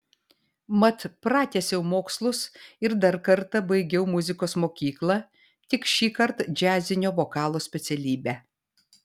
mat pratęsiau mokslus ir dar kartą baigiau muzikos mokyklą tik šįkart džiazinio vokalo specialybę